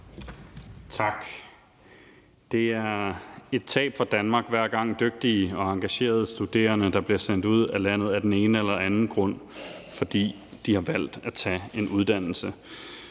Tak. Det er et tab for Danmark, hver gang dygtige og engagerede studerende bliver sendt ud af landet af den eller anden grund, fordi de har valgt at tage en uddannelse.